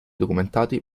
documentati